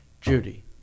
Judy